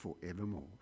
forevermore